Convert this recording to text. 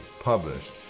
published